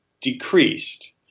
decreased